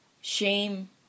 shame